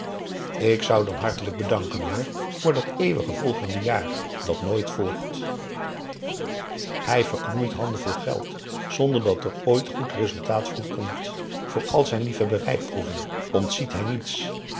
ik zou dan hartelijk bedanken hoor voor dat eeuwige p a daum hoe hij raad van indië werd onder ps maurits volgende jaar dat nooit volgt hij verknoeit handen vol geld zonder dat er ooit goed resultaat van komt voor al zijn liefhebberij proeven ontziet hij niets